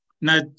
Now